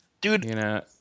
Dude